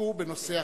עסקו בנושא אחר.